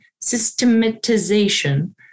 systematization